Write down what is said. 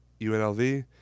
unlv